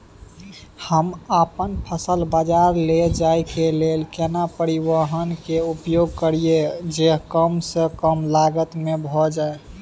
हम अपन फसल बाजार लैय जाय के लेल केना परिवहन के उपयोग करिये जे कम स कम लागत में भ जाय?